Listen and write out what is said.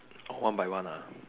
orh one by one ah